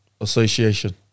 Association